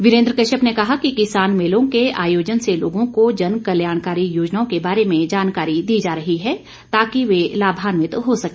वीरेंद्र कश्यप ने कहा कि किसान मेलों के आयोजन से लोगों को जनकल्याणकारी योजनाओं के बारे जानकारी दी जा रही है ताकि वे लाभान्वित हो सके